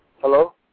Hello